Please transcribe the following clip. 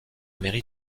mairie